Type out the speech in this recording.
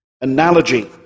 analogy